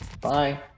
Bye